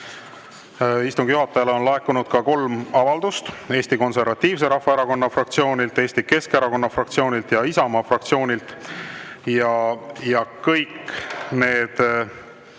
istungi juhatajale on laekunud kolm avaldust: Eesti Konservatiivse Rahvaerakonna fraktsioonilt, Eesti Keskerakonna fraktsioonilt ja Isamaa fraktsioonilt. Kõik nad